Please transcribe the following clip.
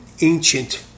ancient